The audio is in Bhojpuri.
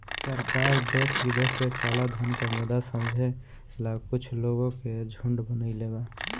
सरकार देश विदेश के कलाधन के मुद्दा समझेला कुछ लोग के झुंड बनईले बा